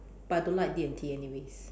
but I don't like D&T anyways